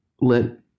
let